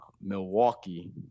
Milwaukee